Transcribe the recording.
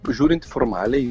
žiūrint formaliai